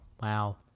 Wow